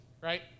right